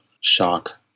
shock